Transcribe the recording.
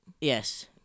Yes